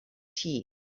tea